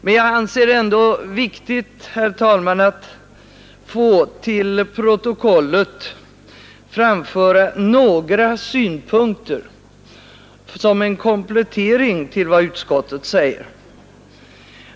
Men jag anser det ändå viktigt, herr talman, att få till protokollet framföra några synpunkter som en komplettering till vad utskottet säger.